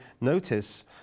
notice